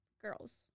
girls